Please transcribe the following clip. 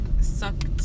sucked